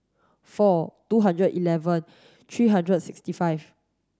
four two hundred eleven three hundred and sixty five